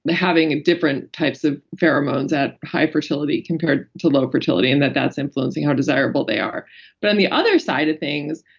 having different types of pheromones at high fertility compared to low fertility and that that's influencing how desirable they are but on the other side of things,